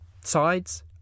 sides